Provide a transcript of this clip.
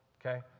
okay